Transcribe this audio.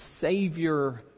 Savior